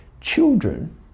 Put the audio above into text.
children